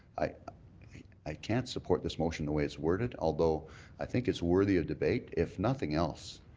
i i can't support this motion the way it's worded, although i think it's worthy of debate. if nothing else,